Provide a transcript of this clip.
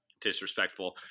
disrespectful